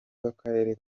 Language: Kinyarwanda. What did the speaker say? bw’akarere